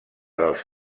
dels